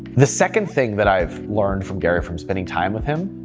the second thing that i've learned from gary from spending time with him,